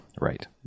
Right